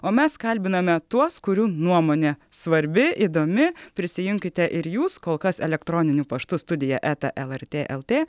o mes kalbiname tuos kurių nuomonė svarbi įdomi prisijunkite ir jūs kol kas elektroniniu paštu studija eta lrt lt